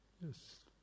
Yes